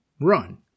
run